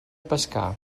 pescar